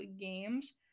games